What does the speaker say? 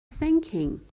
thinking